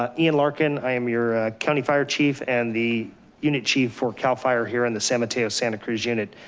ah ian larkin, am your county fire chief and the unit chief for cal fire here in the san mateo, santa cruz unit.